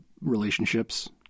relationships